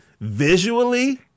visually